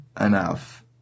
enough